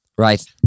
Right